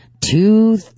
two